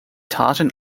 tartan